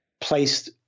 placed